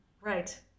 Right